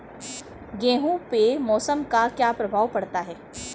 गेहूँ पे मौसम का क्या प्रभाव पड़ता है?